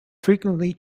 frequently